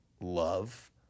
love